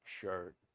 shirt